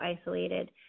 isolated